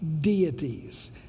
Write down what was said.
deities